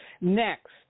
Next